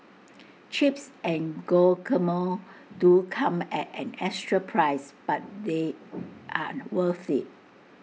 chips and guacamole do come at an extra price but they're worth IT